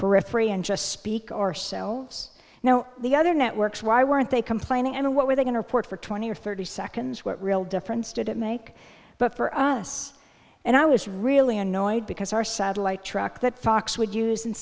periphery and just speak ourselves now the other networks why weren't they complaining and what were they can report for twenty or thirty seconds what real difference did it make but for us and i was really annoyed because our satellite truck that fox would use and